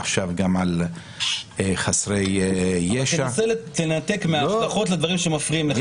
עכשיו גם על חסרי ישע --- תנתק בין ההשלכות לדברים שמפריעים לך.